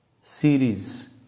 series